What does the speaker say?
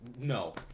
No